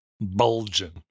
bulging